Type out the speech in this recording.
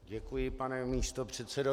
Děkuji, pane místopředsedo.